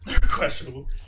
questionable